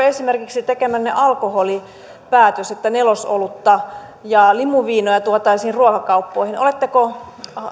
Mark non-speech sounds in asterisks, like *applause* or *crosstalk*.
*unintelligible* esimerkiksi tekemänne alkoholipäätös että nelosolutta ja limuviinoja tuotaisiin ruokakauppoihin oletteko